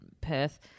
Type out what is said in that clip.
Perth